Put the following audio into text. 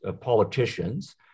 politicians